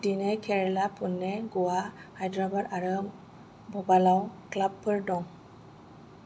दिनै केरेला पुने गवा हाइद्राबाद आरो भपालाव क्लाबफोर दं